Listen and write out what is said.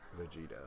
Vegeta